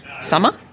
summer